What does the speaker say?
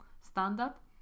Stand-up